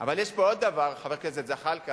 אבל יש פה עוד דבר, חבר הכנסת זחאלקה,